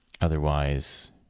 Otherwise